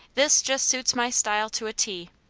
this just suits my style to a t.